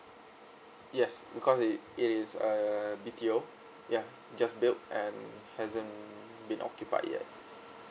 yes because it it is a B_T_O yeah just built and hasn't been occupied yet